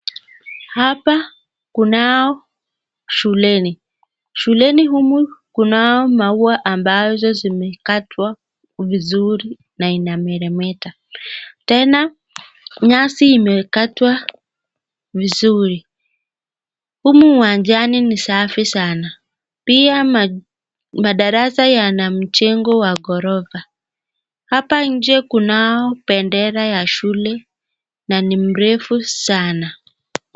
Hapa kunao shuleni, shuleni humu kunao maua ambazo zimekatwa vizuri na ina meremeta, tena nyasi imekatwa vizuri. Humu uwanjani ni safi sana. Pia madarasa yana mjengo wa ghorofa. Hapa nje kunao bendera ya shule, na ni mrefu sana.